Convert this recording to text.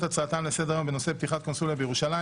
הצעתם לסדר היום בנושא "פתיחת קונסוליה בירושלים".